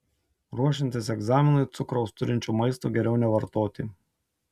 ruošiantis egzaminui cukraus turinčio maisto geriau nevartoti